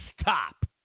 stop